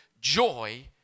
joy